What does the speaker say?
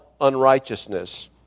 unrighteousness